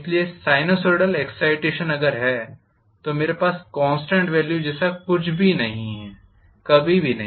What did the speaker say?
इसलिए sinusoidal excitation अगर है तो मेरे पास कॉन्स्टेंट वेल्यू जैसा कुछ भी नहीं है कभी भी नहीं